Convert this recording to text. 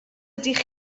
ydych